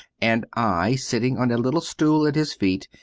and i, sitting on a little stool at his feet,